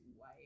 white